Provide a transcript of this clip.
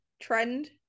trend